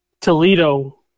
Toledo